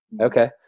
Okay